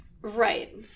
Right